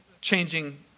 changing